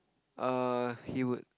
err he would